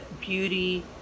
beauty